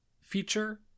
feature